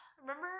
Remember